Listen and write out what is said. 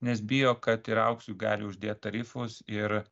nes bijo kad ir auksui gali uždėt tarifus ir